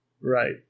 Right